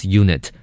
unit